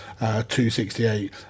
268